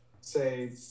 say